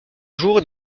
jours